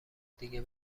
دیگه